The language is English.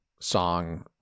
song